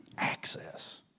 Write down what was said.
Access